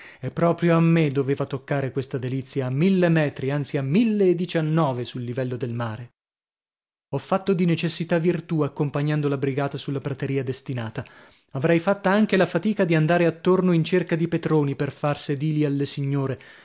e proprio a me doveva toccare questa delizia a mille metri anzi a mille e diciannove sul livello del mare ho fatto di necessità virtù accompagnando la brigata sulla prateria destinata avrei fatta anche la fatica di andare attorno in cerca di petroni per far sedili alle signore